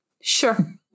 Sure